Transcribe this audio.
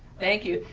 thank you,